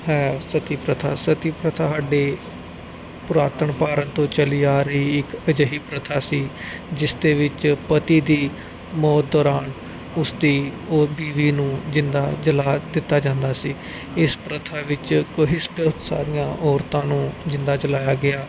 ਹੈ ਸਤੀ ਪ੍ਰਥਾ ਸਤੀ ਪ੍ਰਥਾ ਸਾਡੇ ਪੁਰਾਤਨ ਭਾਰਤ ਤੋਂ ਚਲੀ ਆ ਰਹੀ ਇੱਕ ਅਜਿਹੀ ਪ੍ਰਥਾ ਸੀ ਜਿਸ ਦੇ ਵਿੱਚ ਪਤੀ ਦੀ ਮੌਤ ਦੌਰਾਨ ਉਸ ਦੀ ਉਹ ਬੀਵੀ ਨੂੰ ਜਿੰਦਾ ਜਲਾਅ ਦਿੱਤਾ ਜਾਂਦਾ ਸੀ ਇਸ ਪ੍ਰਥਾ ਵਿੱਚ ਕੋਹਿਸਟ ਸਾਰੀਆਂ ਔਰਤਾਂ ਨੂੰ ਜਿੰਦਾ ਜਲਾਇਆ ਗਿਆ